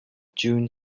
june